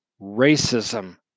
racism